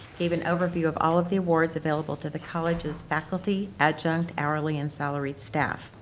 gave an overview of all of the awards available to the college's faculty, adjunct, hourly and salaried staff.